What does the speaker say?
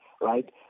right